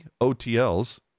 OTLs